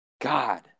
God